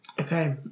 Okay